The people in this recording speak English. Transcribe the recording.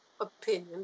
opinion